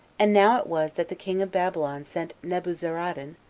and now it was that the king of babylon sent nebuzaradan,